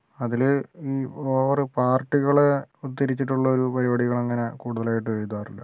അതിൽ ഈ ഓരോ പാർട്ടികളെ ഉദ്ധരിച്ചിട്ടുള്ളൊരു പരിപാടികൾ അങ്ങനെ കൂടുതലായിട്ടു എഴുതാറില്ല